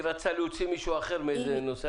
היא רצתה להוציא מישהו אחר מנושא אחר.